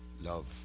love